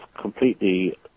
completely